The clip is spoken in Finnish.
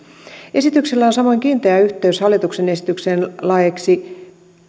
esityksellä on samoin kiinteä yhteys hallituksen esitykseen laeiksi